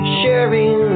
sharing